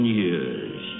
years